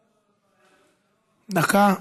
דקה,